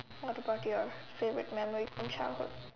what about your favorite memory on childhood